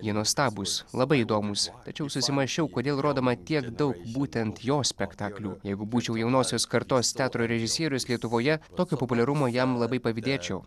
jie nuostabūs labai įdomūs tačiau susimąsčiau kodėl rodoma tiek daug būtent jo spektaklių jeigu būčiau jaunosios kartos teatro režisierius lietuvoje tokio populiarumo jam labai pavydėčiau